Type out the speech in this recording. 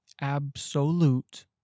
Absolute